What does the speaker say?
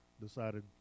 decided